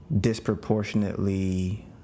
disproportionately